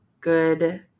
good